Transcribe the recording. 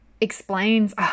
explains